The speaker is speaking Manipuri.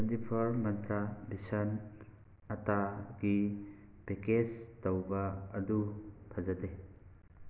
ꯇ꯭ꯋꯦꯟꯇꯤ ꯐꯣꯔ ꯃꯟꯇ꯭ꯔꯥ ꯕꯦꯁꯟ ꯑꯥꯇꯥꯒꯤ ꯄꯦꯀꯦꯖ ꯇꯧꯕ ꯑꯗꯨ ꯐꯖꯗꯦ